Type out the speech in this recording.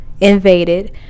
invaded